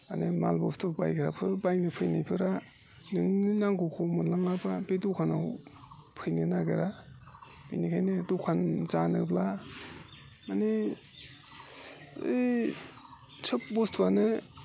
माने माल बुस्थु बायग्राफोर बायनो फैनायफोरा नोंनि नांगौखौ मोनाब्ला बे दखानाव फैनो नागिरा बिनिखायनो दखान जानोब्ला माने ओइ सोब बुस्थुआनो